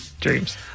dreams